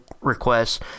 requests